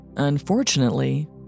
Unfortunately